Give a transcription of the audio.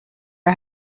are